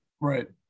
Right